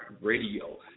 Radio